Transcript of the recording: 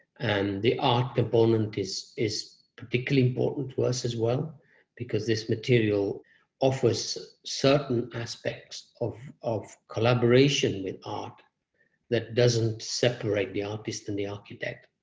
and the art component is is particularly important to us as well because this material offers certain aspects of of collaboration with art that doesn't separate the artist and the architect,